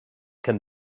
can